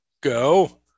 go